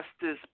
Justice